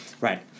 Right